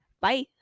Bye